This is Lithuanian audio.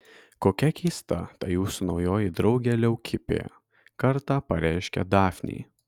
kokia keista ta jūsų naujoji draugė leukipė kartą pareiškė dafnei